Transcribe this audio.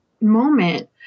moment